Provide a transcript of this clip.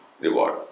reward